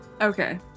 Okay